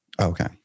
Okay